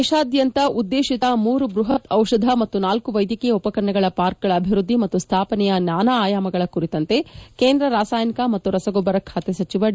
ದೇಶಾದ್ಯಂತ ಉದ್ದೇಶಿತ ಮೂರು ಬ್ಬಹತ್ ಔಷಧ ಮತ್ತು ನಾಲ್ಕು ವೈದ್ಯಕೀಯ ಉಪಕರಣಗಳ ಪಾರ್ಕ್ಗಳ ಅಭಿವ್ವದ್ದಿ ಮತ್ತು ಸ್ವಾಪನೆಯ ನಾನಾ ಆಯಾಮಗಳ ಕುರಿತಂತೆ ಕೇಂದ್ರ ರಾಸಾಯನಿಕ ಮತ್ತು ರಸಗೊಬ್ಬರ ಸಚಿವ ಡಿ